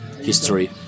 history